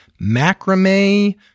macrame